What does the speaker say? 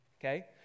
Okay